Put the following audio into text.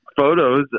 photos